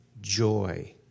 joy